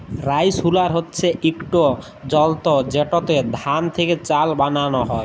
rice huller হছে ইকট যলতর যেটতে ধাল থ্যাকে চাল বালাল হ্যয়